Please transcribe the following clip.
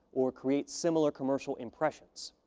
or create similar commercial impressions.